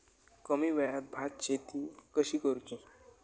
कमी वेळात भात शेती कशी करुची?